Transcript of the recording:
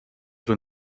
when